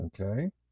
Okay